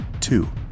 Two